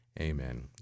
Amen